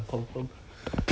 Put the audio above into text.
err